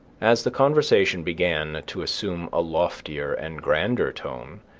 as the conversation began to assume a loftier and grander tone,